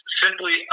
simply